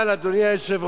אבל, אדוני היושב-ראש,